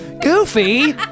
Goofy